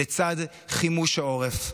לצד חימוש העורף,